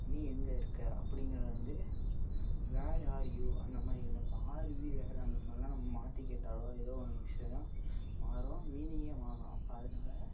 நீ எங்கே இருக்க அப்படிங்கிறத வந்து வேர் ஆர் யூ அந்த மாதிரி நினப்போம் ஆர் யூ வேர் அந்த மாதிரிலா நம் மாற்றி கேட்டாலோ ஏதோ ஒரு விஷயம் மாறும் மீனிங்கே மாறும் அப்போ அதனால